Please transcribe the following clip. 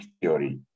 theory